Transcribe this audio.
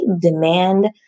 demand